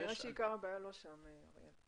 כנראה שעיקר הבעיה לא שם, אריאל.